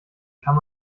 kann